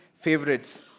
favorites